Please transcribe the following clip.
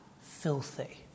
filthy